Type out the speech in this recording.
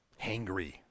Hangry